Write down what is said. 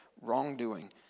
wrongdoing